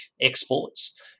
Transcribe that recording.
exports